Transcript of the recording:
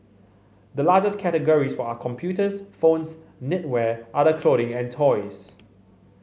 the largest categories for are computers phones knitwear other clothing and toys